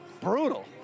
Brutal